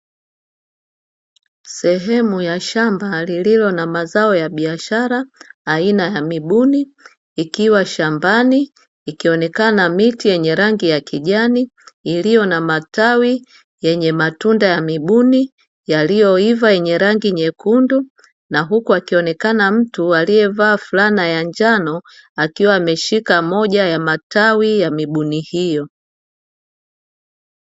Sehemu ya shamba lililo na mazao ya biashara aina ya mibuni ikiwa shambani ikionekana miti yenye rangi ya kijani, iliyo na matawi yenye matunda ya mibuni yaliyoiva yenye rangi nyekundu, na huku akionekana mtu alievaa fulana ya njano akiwa ameshika moja ya matawi ya mibuni hiyo.